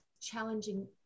challenging